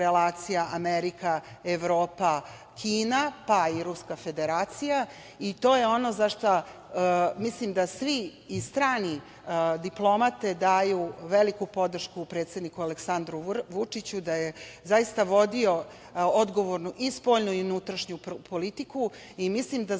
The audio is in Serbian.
Amerika, Evropa, Kina, pa i Ruska Federacija, i to je ono za šta svi i strane diplomate daju veliku podršku predsedniku Aleksandru Vučiću da je zaista vodio odgovornu i spoljnu i unutrašnju politiku. Mislim da